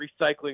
recycling